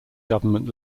government